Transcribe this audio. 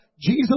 Jesus